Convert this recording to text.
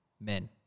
Men